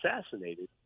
assassinated